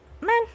Man